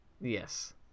Yes